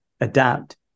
adapt